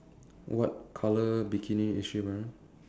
what colour bikini is she wearing